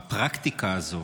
הפרקטיקה הזאת,